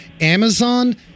Amazon